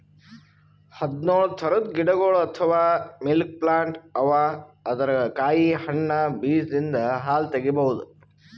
ಹದ್ದ್ನೊಳ್ ಥರದ್ ಗಿಡಗೊಳ್ ಅಥವಾ ಮಿಲ್ಕ್ ಪ್ಲಾಂಟ್ ಅವಾ ಅದರ್ ಕಾಯಿ ಹಣ್ಣ್ ಬೀಜದಿಂದ್ ಹಾಲ್ ತಗಿಬಹುದ್